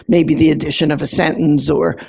maybe the addition of a sentence or,